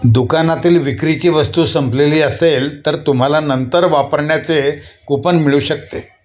दुकानातील विक्रीची वस्तू संपलेली असेल तर तुम्हाला नंतर वापरण्याचे कुपन मिळू शकते